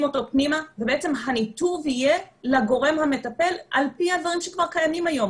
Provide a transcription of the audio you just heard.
אותנו פנימה והניתוב יהיה לגורם המטפל על פי הדברים שכבר קיימים היום.